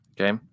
Okay